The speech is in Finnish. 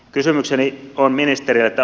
kysymykseni on ministerille